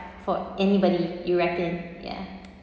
for anybody you reckon ya